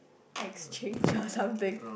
exchange or something